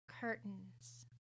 Curtains